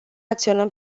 acționăm